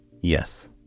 Yes